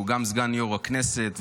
שהוא גם סגן יושב-ראש הכנסת.